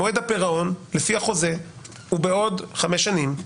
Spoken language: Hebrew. מועד הפירעון, לפי החוזה, הוא בעוד 5 שנים,